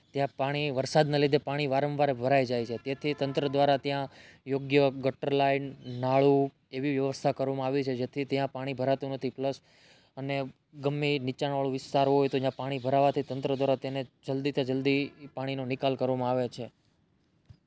ત્યાં પાણી વરસાદના લીધે ત્યાં પાણી વારંવાર ભરાય જાઈ છે તેથી તંત્ર દ્વારા ત્યાં યોગ્ય ગટર લાઈન નાળુ એવી વ્યવસ્થા કરવામાં આવે છે જેથી ત્યાં પાણી ભરાતું નથી પ્લસ અને ગમે એઆ નીચાણવાળો વિસ્તાર હોય પાણી ભરાવાથી તંત્ર દ્વારા તેને જલ્દીથી જલ્દી પાણીનો નિકાલ કરવામાં આવે છે